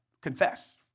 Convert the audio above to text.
confess